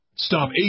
Stop